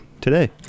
today